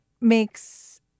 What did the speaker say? makes